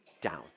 down